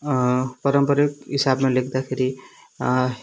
पारम्परिक हिसाबमा लेख्दाखेरि